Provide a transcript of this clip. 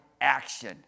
action